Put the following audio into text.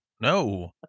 no